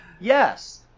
Yes